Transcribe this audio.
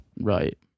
right